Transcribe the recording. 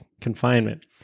confinement